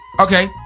Okay